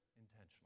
intentionally